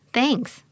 Thanks